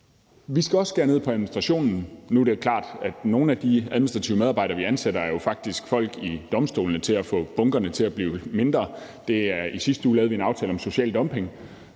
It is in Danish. Vi skal også skære ned på administrationen. Nu er det klart, at nogle af de administrative medarbejdere, vi ansætter, er jo faktisk folk i domstolene, der skal få bunkerne til at blive mindre. I sidste uge lavede vi en aftale om social dumping,